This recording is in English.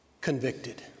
convicted